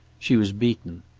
she was beaten,